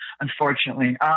unfortunately